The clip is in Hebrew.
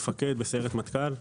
מפקד בסיירת מטכ"ל.